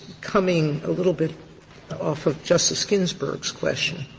coming a little bit off of justice ginsburg's question.